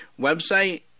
website